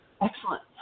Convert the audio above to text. Excellent